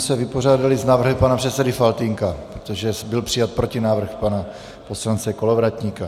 Tím jsme se vypořádali s návrhy pana předsedy Faltýnka, protože byl přijat protinávrh pana poslance Kolovratníka.